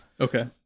okay